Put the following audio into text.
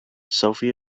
sophie